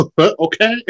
okay